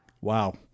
Wow